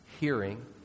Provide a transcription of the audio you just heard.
hearing